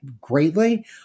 greatly